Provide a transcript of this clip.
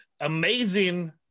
amazing